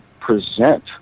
present